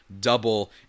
double